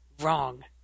Wrong